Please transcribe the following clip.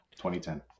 2010